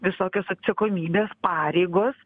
visokios atsakomybės pareigos